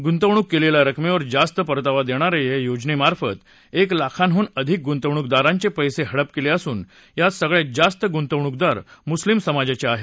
गुंतवणूक केलेल्या रकमेवर जास्त परतावा देणार्या या योजनेमार्फत एक लाखाहून अधिक गुंतवणूकदारांचे पैसे हडप केले असून यात सगळ्यात जास्त गुंतवणूकदार मुस्लिम समाजाचे आहेत